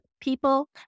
people